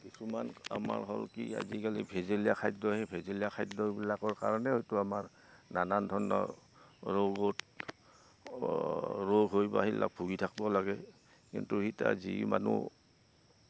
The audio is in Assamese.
কিছুমান আমাৰ হ'ল কি আজিকালি ভেজেলীয়া খাদ্য সেই ভেজেলীয়া খাদ্যবিলাকৰ কাৰণে হয়তো আমাৰ নানান ধৰণৰ ৰোগত ৰোগ হৈ বা সেইবিলাক ভুগি থাকিব লাগে কিন্তু এইতা যি মানুহ